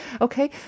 Okay